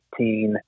18